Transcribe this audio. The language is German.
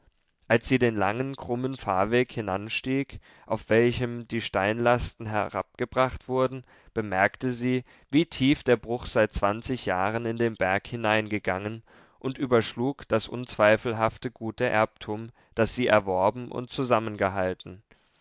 als sie den langen krummen fahrweg hinanstieg auf welchem die steinlasten herabgebracht wurden bemerkte sie wie tief der bruch seit zwanzig jahren in den berg hineingegangen und überschlug das unzweifelhafte gute erbtum das sie erworben und zusammengehalten